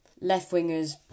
Left-wingers